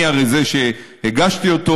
אני הרי זה שהגשתי אותו.